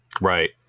Right